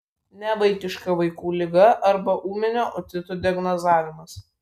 nevaikiška vaikų liga arba ūminio otito diagnozavimas